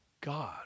God